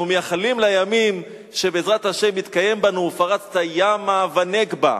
אנחנו מייחלים לימים שבעזרת השם יתקיים בנו: ופרצת ימה ונגבה,